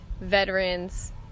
veterans